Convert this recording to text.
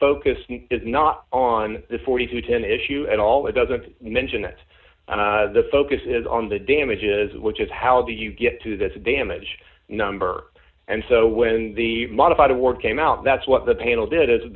focus is not on the forty to ten issue at all it doesn't mention that the focus is on the damages which is how the you get to this damage number and so when the modified award came out that's what the panel did as